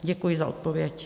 Děkuji za odpověď.